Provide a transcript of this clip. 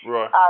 Right